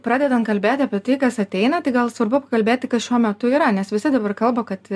pradedant kalbėti apie tai kas ateina tai gal svarbiau pakalbėti kas šiuo metu yra nes visi dabar kalba kad